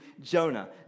Jonah